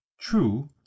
true